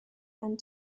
and